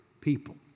people